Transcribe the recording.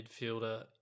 midfielder